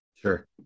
Sure